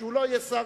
כשהוא לא יהיה שר,